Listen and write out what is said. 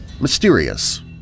mysterious